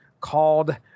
called